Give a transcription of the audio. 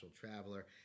traveler